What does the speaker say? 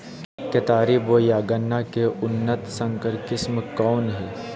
केतारी बोया गन्ना के उन्नत संकर किस्म कौन है?